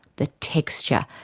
the texture,